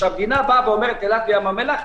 כשהמדינה באה ואומרת: אילת וים המלח,